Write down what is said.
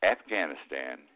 Afghanistan